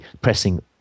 pressing